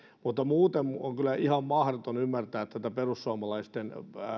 mutta muuten on kyllä ihan mahdoton ymmärtää tätä perussuomalaisten